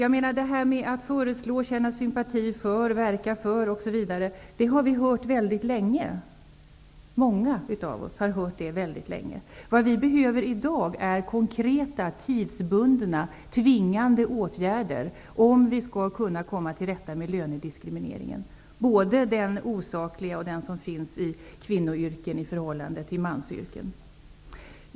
Att man föreslår, känner sympati för, verkar för, osv. har många av oss hört väldigt länge. Vi behöver i dag konkreta, tidsbundna, tvingande åtgärder om vi skall komma till rätta med lönediskrimineringen. Det gäller både den osakliga lönediskrimineringen och den som finns när det gäller kvinnoyrken i förhållande till mansyrken.